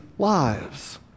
lives